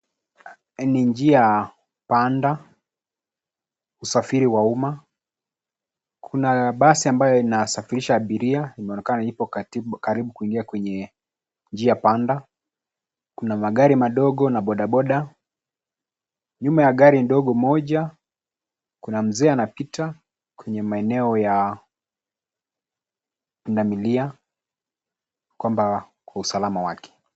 Ni njia panda, usafiri wa umma. Kuna basi ambayo inasafirisha abiria inaonekana iko karibu kuingia kwenye njia panda. Kuna magari madogo na bodaboda. Nyuma ya gari ndogo moja, kuna mzee anapita kwenye maeneo ya pundamilia kwa usalama wake.